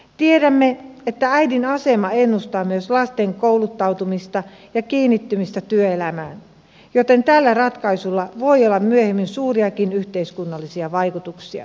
tiedämme että äidin asema ennustaa myös lasten kouluttautumista ja kiinnittymistä työelämään joten tällä ratkaisulla voi olla myöhemmin suuriakin yhteiskunnallisia vaikutuksia